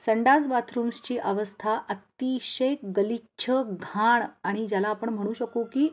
संडास बाथरूम्सची अवस्था अतिशय गलिच्छ घाण आणि ज्याला आपण म्हणू शकू की